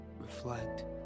reflect